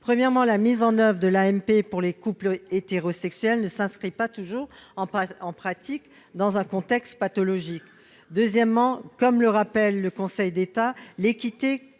Premièrement, la mise en oeuvre de l'AMP pour les couples hétérosexuels ne s'inscrit pas toujours, en pratique, dans un contexte pathologique. Deuxièmement, comme le rappelle le Conseil d'État, « l'équité